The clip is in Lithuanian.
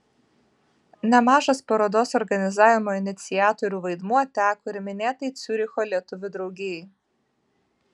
nemažas parodos organizavimo iniciatorių vaidmuo teko ir minėtai ciuricho lietuvių draugijai